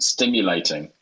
Stimulating